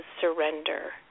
surrender